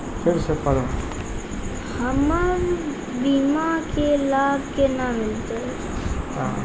हमर बीमा के लाभ केना मिलते?